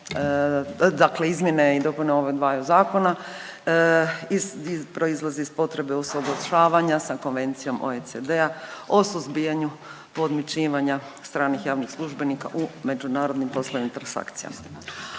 dakle izmjene i dopune ovih dvaju zakona proizlaze iz potrebe usaglašavanja sa Konvencijom OECD-a o suzbijanju podmićivanja stranih javnih službenika u međunarodnim poslovnim transakcijama.